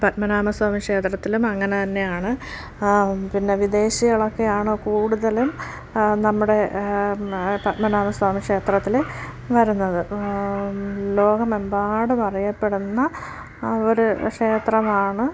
പത്മനാഭ സ്വാമിക്ഷേത്രത്തിലും അങ്ങനെ തന്നെയാണ് പിന്നെ വിദേശികളൊക്കെയാണ് കൂടുതലും നമ്മുടെ പത്മനാഭ സ്വാമി ക്ഷേത്രത്തിൽ വരുന്നത് ലോകമെമ്പാടും അറിയപ്പെടുന്ന ഒരു ക്ഷേത്രമാണ്